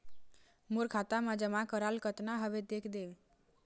मोर खाता मा जमा कराल कतना हवे देख देव?